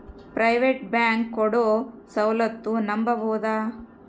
Private bank ಕೊಡೊ ಸೌಲತ್ತು ನಂಬಬೋದ?